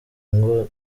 ingo